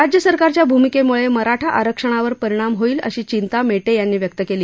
राज्य सरकारच्या भूमिकम्ळ मराठा आरक्षणावर परिणाम होईल अशी चिंता मप्त यांनी व्यक्त काली